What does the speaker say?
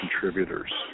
contributors